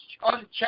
uncheck